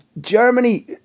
Germany